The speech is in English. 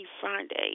Friday